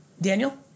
Daniel